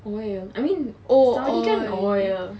oil I mean saudi kan oil